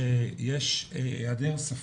שיש היעדר שפה,